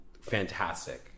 fantastic